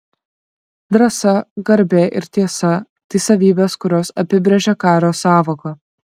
drąsa garbė ir tiesa tai savybės kurios apibrėžią kario sąvoką